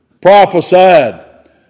prophesied